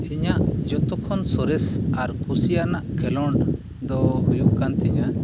ᱤᱧᱟᱹᱜ ᱡᱚᱛᱚᱠᱷᱟᱱ ᱥᱚᱨᱮᱥ ᱟᱨ ᱠᱩᱥᱤᱭᱟᱱᱟᱜ ᱠᱷᱮᱞᱳᱰ ᱫᱚ ᱦᱩᱭᱩᱜ ᱠᱟᱱᱛᱤᱧᱟᱹ